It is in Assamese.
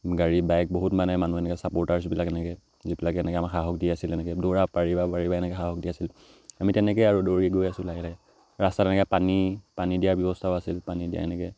গাড়ী বাইক বহুত মানে মানুহ এনেকৈ ছাপোৰ্টাৰছবিলাক এনেকৈ যিবিলাকে এনেকৈ আমাৰ সাহস দি আছিল এনেকৈ দৌৰা পাৰিব পাৰিবা এনেকৈ সাহস দি আছিল আমি তেনেকৈ আৰু দৌৰি গৈ আছিলোঁ লাহে লাহে ৰাস্তাত এনেকৈ পানী পানী দিয়াৰ ব্যৱস্থাও আছিল পানী দিয়া এনেকৈ